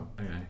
okay